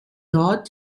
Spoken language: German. dort